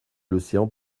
l’océan